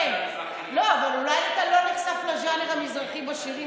אבל אולי אתה לא נחשף לז'אנר המזרחי בשירים